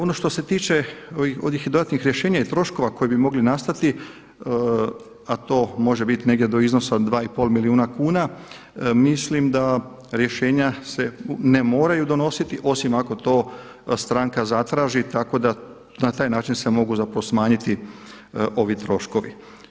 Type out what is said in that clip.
Ono što se tiče onih dodatnih rješenja i troškova koji bi mogli nastati a to može biti negdje do iznosa 2,5 milijuna kuna mislim da rješenja se ne moraju donositi osim ako to stranka zatraži tako da na taj način se mogu zapravo smanjiti ovi troškovi.